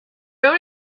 known